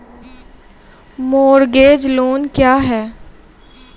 Mortgage loan क्या है?